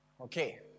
Okay